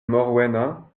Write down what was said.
morwena